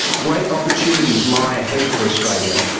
great opportunities lie ahead for australia,